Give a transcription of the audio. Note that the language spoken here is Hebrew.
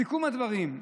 סיכום הדברים,